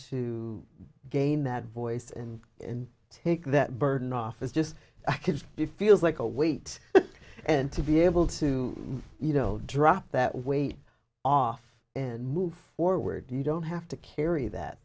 to gain that voice and and take that burden off as just i could be feels like a weight and to be able to you know drop that weight off and move forward you don't have to carry that